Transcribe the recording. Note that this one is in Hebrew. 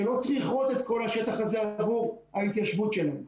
שלא צריכות את כל השטח הזה עבור ההתיישבות שלהן,